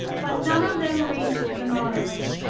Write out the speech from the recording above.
but none of them reached the nautilus.